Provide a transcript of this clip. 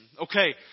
Okay